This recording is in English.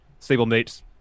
stablemates